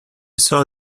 saw